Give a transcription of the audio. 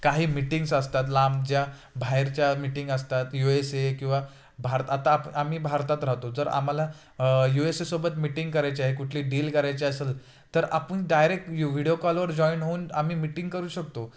काही मिटिंग्स असतात लांबच्या बाहेरच्या मिटींग असतात यू एस ए किंवा भारत आता आप आम्ही भारतात राहतो जर आम्हाला यू एस ए सोबत मीटिंग करायची आहे कुठली डील करायची असेल तर आपण डायरेक्ट व्हिडिओ कॉलवर जॉईंट होऊन आम्ही मिटींग करू शकतो